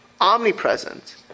Omnipresent